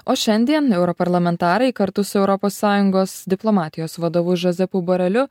o šiandien europarlamentarai kartu su europos sąjungos diplomatijos vadovu žozepu boreliu